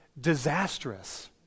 disastrous